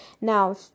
now